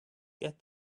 get